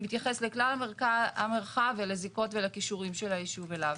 מתייחס לכלל המרחב ולזיקות ולקישורים של הישוב ואליו.